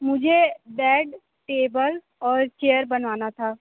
मुझे bed table और chair बनावाना था